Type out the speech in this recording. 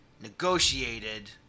negotiated